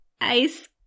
Ice